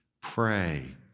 Pray